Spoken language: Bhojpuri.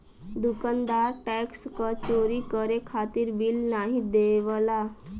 दुकानदार टैक्स क चोरी करे खातिर बिल नाहीं देवला